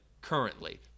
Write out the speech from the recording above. currently